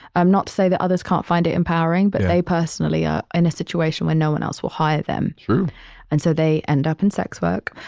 i'm not to say that others can't find it empowering, but they personally are in a situation where no one else will hire them true and so they end up in sex work.